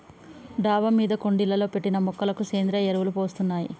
డాబా మీద కుండీలలో పెట్టిన మొక్కలకు సేంద్రియ ఎరువులు పోస్తున్నాం